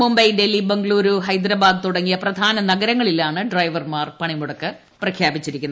മുംബൈ ഡൽഹി ബംഗളൂരു ഹൈദ്രാബാദ് തുടങ്ങിയ പ്രധാന നഗ്ഗരങ്ങളിലാണ് ഡ്രൈവർമാർ പണിമുടക്ക് പ്രഖ്യാപിച്ചിരിക്കുന്നത്